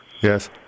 yes